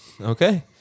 Okay